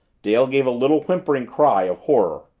dale gave a little whimpering cry of horror.